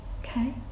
okay